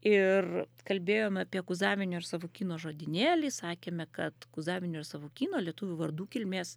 ir kalbėjom apie kuzavinio ir savukyno žodynėlį sakėme kad kuzavinio ir savukyno lietuvių vardų kilmės